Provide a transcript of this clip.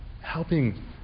helping